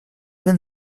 been